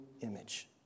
image